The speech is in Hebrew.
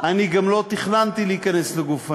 אני גם לא תכננתי להיכנס לגוף העניין.